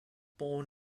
born